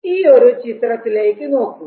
ഈയൊരു ചിത്രത്തിലേക്ക് നോക്കൂ